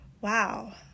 wow